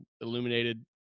illuminated